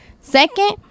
Second